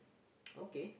okay